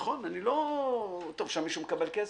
טוב, שם מישהו מקבל כסף.